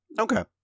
Okay